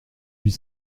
huit